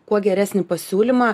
kuo geresnį pasiūlymą